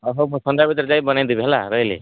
ହ ହଉ ମୁଁ ସନ୍ଧ୍ୟା ଭିତରେ ଯାଇ ବନେଇ ଦେବି ହେଲା ରହିଲି